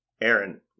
Aaron